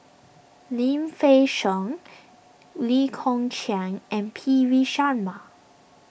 Lim Fei Shen Lee Kong Chian and P V Sharma